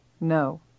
No